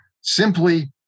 simply